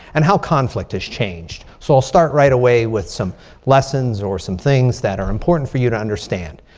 and how conflict has changed. so i'll start right away with some lessons or some things that are important for you to understand.